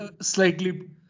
slightly